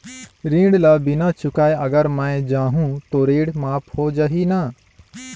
ऋण ला बिना चुकाय अगर मै जाहूं तो ऋण माफ हो जाही न?